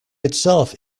itself